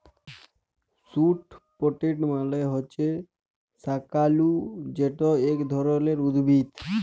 sweet potato মালে হছে শাঁকালু যেট ইক ধরলের উদ্ভিদ